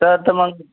sir तर मग